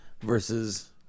versus